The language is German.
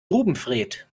grubenfred